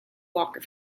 walker